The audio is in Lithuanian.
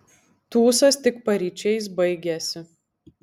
tūsas tik paryčiais baigėsi